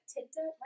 Tinder